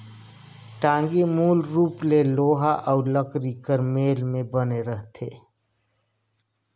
टागी मूल रूप ले लोहा अउ लकरी कर मेल मे बने रहथे